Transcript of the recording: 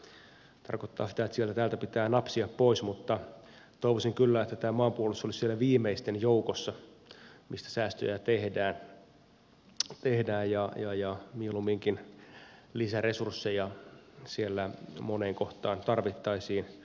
se tarkoittaa sitä että sieltä täältä pitää napsia pois mutta toivoisin kyllä että tämä maanpuolustus olisi siellä viimeisten joukossa mistä säästöjä tehdään ja mieluumminkin lisäresursseja siellä moneen kohtaan tarvittaisiin